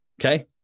okay